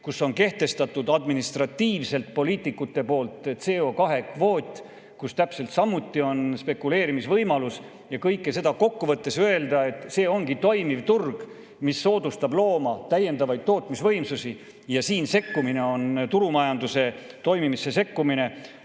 poolt on administratiivselt kehtestatud CO2‑kvoot, täpselt samuti on spekuleerimisvõimalus – kõike seda kokku võttes öelda, et see ongi toimiv turg, mis soodustab looma täiendavaid tootmisvõimsusi ja siin sekkumine on turumajanduse toimimisse sekkumine,